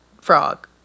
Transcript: frog